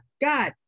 god